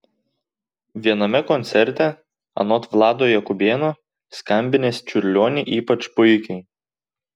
viename koncerte anot vlado jakubėno skambinęs čiurlionį ypač puikiai